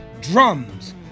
drums